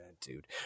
dude